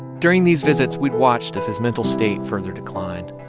during these visits, we'd watched as his mental state further declined.